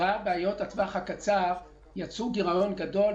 בעיות הטווח הקצר כבר יצרו גירעון גדול,